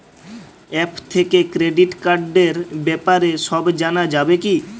App থেকে credit কার্ডর ব্যাপারে সব জানা যাবে কি?